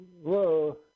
Whoa